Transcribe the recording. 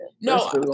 No